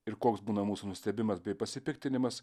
ir koks būna mūsų nustebimas bei pasipiktinimas